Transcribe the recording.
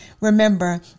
remember